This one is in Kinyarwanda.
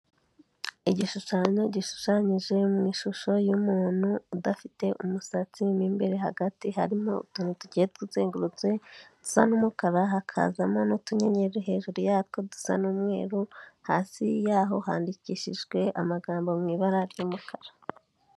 Igishushanyo gishushanyije mu ishusho y'umuntu udafite umusatsi, mo imbere hagati harimo utuni tugenda tuzengurutse dusa n'umukara, hakazamo nutunyenyeri hejuru yatwo dusa n'umweru, hasi yaho handikishijwe amagambo mu ibara ry'umukara.